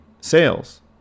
sales